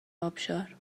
آبشار